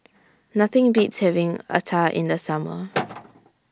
Nothing Beats having Acar in The Summer